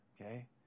Okay